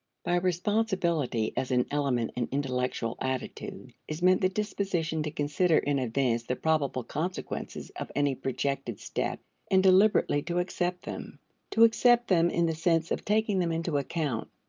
by responsibility as an element in intellectual attitude is meant the disposition to consider in advance the probable consequences of any projected step and deliberately to accept them to accept them in the sense of taking them into account,